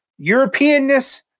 Europeanness